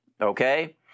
okay